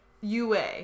UA